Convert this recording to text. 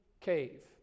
cave